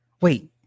wait